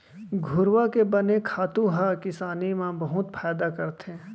घुरूवा के बने खातू ह किसानी म बहुत फायदा करथे